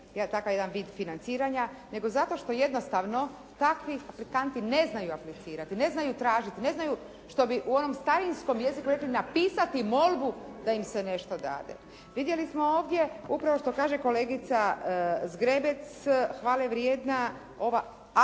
takav jedan vid financiranja, nego zato što jednostavno takvi … ne znaju aplicirati, ne znaju tražiti, ne znaju što bi u onom starinskom jeziku rekli napisati molbu da im se nešto dade. Vidjeli smo ovdje upravo što kaže kolegica Zgrebec hvale vrijedna ova